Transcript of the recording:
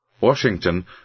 Washington